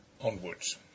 onwards